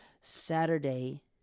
Saturday